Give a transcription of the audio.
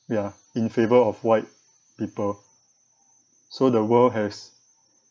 ya in favour of white people so the world has